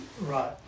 Right